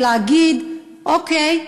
ולהגיד: אוקיי,